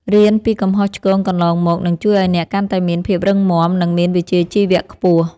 រៀនពីកំហុសឆ្គងកន្លងមកនឹងជួយឱ្យអ្នកកាន់តែមានភាពរឹងមាំ និង មានវិជ្ជាជីវៈខ្ពស់។